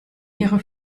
ihre